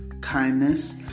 kindness